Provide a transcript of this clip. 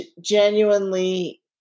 genuinely